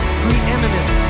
preeminent